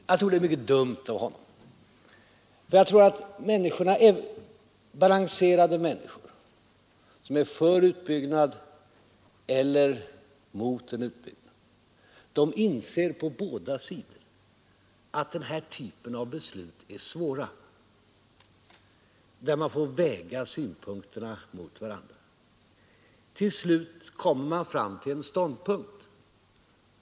Jag tror att det är mycket dumt av honom. Balanserade människor som är för en utbyggnad eller mot en utbyggnad inser på båda sidor att beslut av den här typen är svåra. Man får väga synpunkterna mot varandra. Till slut kommer man fram till en ståndpunkt.